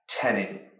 tenant